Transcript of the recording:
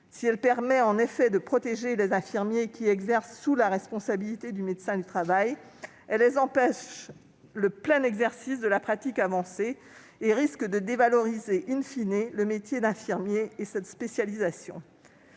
Si elle permet, en effet, de protéger les infirmiers, qui exercent sous la responsabilité du médecin du travail, elle empêche toutefois le plein exercice de la pratique avancée et risque de dévaloriser le métier d'infirmier et cette spécialisation.